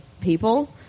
people